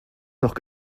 noch